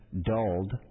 dulled